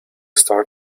star